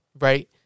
right